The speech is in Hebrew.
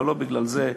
אבל לא בגלל זה,